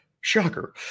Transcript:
Shocker